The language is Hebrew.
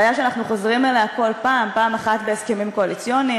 בעיה שאנחנו חוזרים אליה בכל פעם: פעם אחת בהסכמים קואליציוניים,